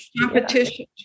competition